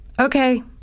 Okay